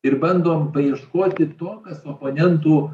ir bandom paieškoti to kas oponentų